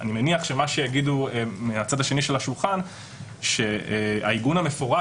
אני מניח שמה שיאמרו מהצד השני של השולחן זה שהעיגון המפורש